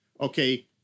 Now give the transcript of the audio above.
okay